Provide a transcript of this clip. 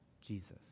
Jesus